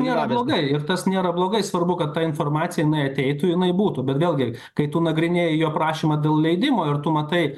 nėra blogai ir tas nėra blogai svarbu kad ta informacija jinai ateitų jinai būtų bet vėlgi kai tu nagrinėji jo prašymą dėl leidimo ir tu matai